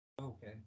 Okay